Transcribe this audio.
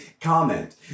comment